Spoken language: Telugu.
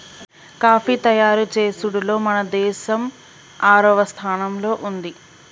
కాఫీ తయారు చేసుడులో మన దేసం ఆరవ స్థానంలో ఉంది